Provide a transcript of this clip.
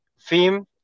theme